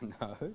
No